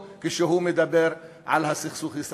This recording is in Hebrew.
אני זוכר גם את ביקורנו המשותף והמרגש